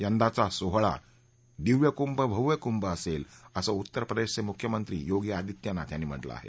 यंदाचा सोहळा दिव्य कुभ भव्य कुभ असेल असं उत्तर प्रदेशचे मुख्यमंत्री योगी आदित्यनाथ यांनी म्हटलं आहे